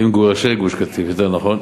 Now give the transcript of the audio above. ממגורשי גוש-קטיף, יותר נכון,